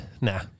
nah